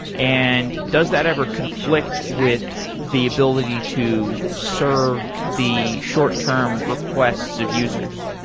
and does that ever conflict with the ability to serve the short term requests of users?